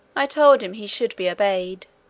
i told him he should be obeyed.